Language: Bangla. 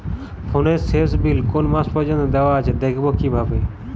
ফোনের শেষ বিল কোন মাস পর্যন্ত দেওয়া আছে দেখবো কিভাবে?